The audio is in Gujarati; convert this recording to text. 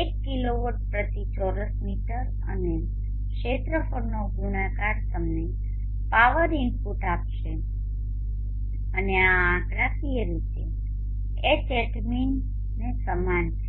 1 કિલોવોટ પ્રતિ ચોરસ મીટર અને ક્ષેત્રફળનો ગુણાકાર તમને પાવર ઈનપુટ આપશે અને આ આંકડાકીય રીતે Hatminને સમાન છે